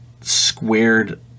squared